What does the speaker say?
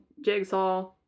Jigsaw